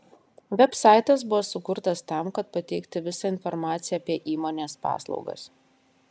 vebsaitas buvo sukurtas tam kad pateikti visą informaciją apie įmonės paslaugas